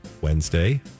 Wednesday